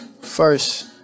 First